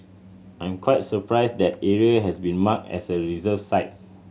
I'm quite surprised that area has been marked as a reserve site